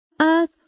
Earth